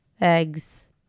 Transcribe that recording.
eggs